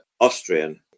Austrian